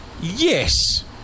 yes